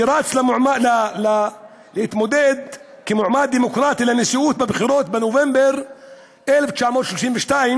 שרץ להתמודד כמועמד דמוקרטי בבחירות לנשיאות בנובמבר 1932,